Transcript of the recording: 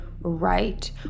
right